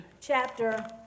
chapter